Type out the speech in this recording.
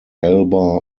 alba